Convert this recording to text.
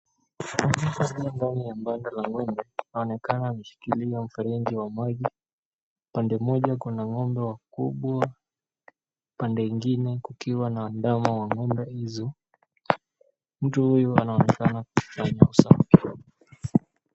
Mtu aliye ndani ya banda la ng'ombe anaonekana ameshikilia mfereji wa maji, pande moja kuna ng'ombe wakubwa, pande ingine kukiwa na ndama wa ng'ombe hizo. Mtu huyu anaonekana kufanya usafi.